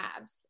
abs